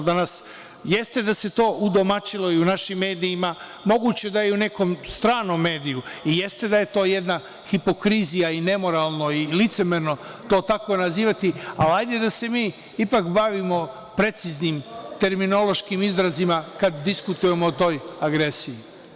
Jeste da se to odomaćilo u našim medijima, moguće da je u nekom stranom mediju, jeste da je to hipokrizija, nemoralno i licemerno to tako nazivati, ali hajde da se mi ipak bavimo preciznim terminološkim izrazima kada diskutujemo o toj agresiji.